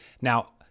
Now